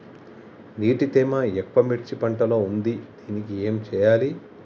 నీటి తేమ ఎక్కువ మిర్చి పంట లో ఉంది దీనికి ఏం చేయాలి?